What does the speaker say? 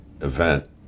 event